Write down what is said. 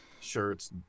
shirts